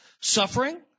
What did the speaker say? suffering